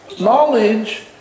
Knowledge